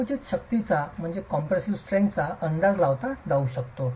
संकुचित शक्तीचा अंदाज लावला जाऊ शकतो